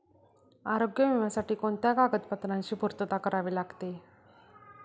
आरोग्य विम्यासाठी कोणत्या कागदपत्रांची पूर्तता करावी लागते?